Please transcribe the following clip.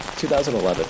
2011